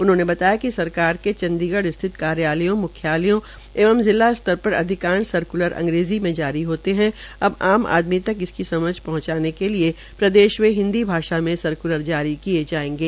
उन्होंने बताया कि सरकार के चंडीगढ़ स्थित कार्यालयों मुख्यालयों एवं जिला स्तर पर अधिककाश सर्क्लर अंग्रेजी में जारी होते है अब आम आदमी तक इसकी समझ पहंचाने के लिए प्रदेश में हिन्दी भाषा में सर्क्लर जारी होंगे